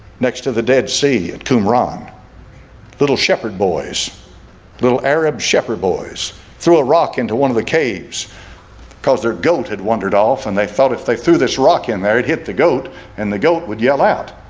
next to the dead sea sea at qumran little shepherd boys little arab shepherd boys threw a rock into one of the caves because their goat had wandered off and they thought if they threw this rock in there it hit the goat and the goat would yell out